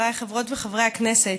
חבריי חברות וחברי הכנסת,